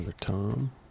Tom